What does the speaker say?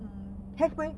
hmm hairspray